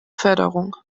förderung